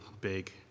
big